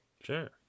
Sure